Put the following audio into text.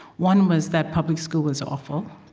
one was that public school was awful.